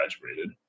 graduated